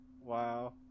Wow